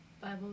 Bible